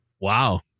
Wow